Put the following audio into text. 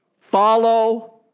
Follow